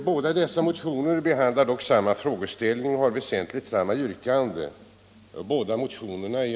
Båda dessa motioner rör dock samma fråga och har väsentligen samma yrkande.